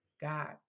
God